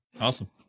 Awesome